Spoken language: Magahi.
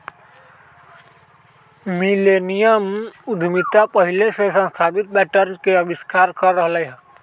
मिलेनियम उद्यमिता पहिले से स्थापित पैटर्न के अस्वीकार कर रहल हइ